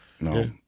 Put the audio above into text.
No